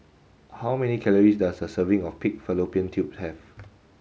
how many calories does a serving of pig fallopian tubes have